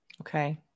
Okay